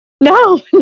No